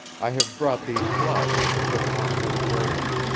i have brought these flowers to put upon her grave.